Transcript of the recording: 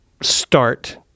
start